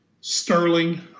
Sterling